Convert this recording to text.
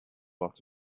lot